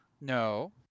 No